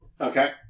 Okay